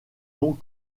longs